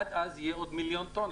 עד אז כבר יהיו עוד מיליון טון.